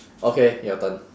okay your turn